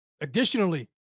Additionally